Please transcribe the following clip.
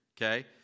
Okay